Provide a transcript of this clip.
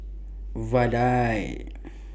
Vadai